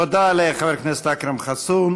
תודה לחבר הכנסת אכרם חסון.